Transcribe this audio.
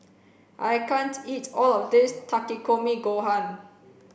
I can't eat all of this Takikomi gohan